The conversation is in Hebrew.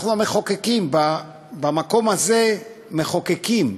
אנחנו המחוקקים, במקום הזה מחוקקים,